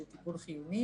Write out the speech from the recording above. שהוא טיפול חיוני,